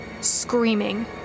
screaming